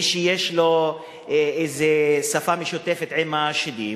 או מי שיש לו איזה שפה משותפת עם השדים.